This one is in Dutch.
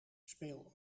speel